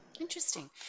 Interesting